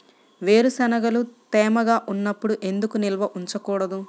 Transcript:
వేరుశనగలు తేమగా ఉన్నప్పుడు ఎందుకు నిల్వ ఉంచకూడదు?